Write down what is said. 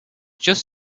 just